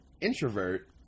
introvert